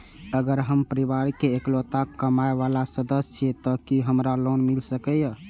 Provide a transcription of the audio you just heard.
अगर हम परिवार के इकलौता कमाय वाला सदस्य छियै त की हमरा लोन मिल सकीए?